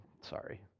Sorry